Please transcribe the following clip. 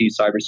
cybersecurity